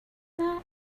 that